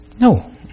No